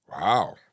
Wow